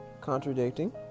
Contradicting